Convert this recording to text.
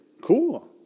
Cool